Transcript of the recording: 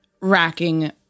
racking